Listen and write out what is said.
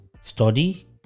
study